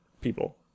people